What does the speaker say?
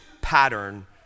pattern